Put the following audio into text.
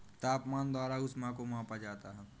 तापमान द्वारा ऊष्मा को मापा जाता है